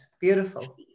beautiful